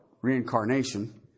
reincarnation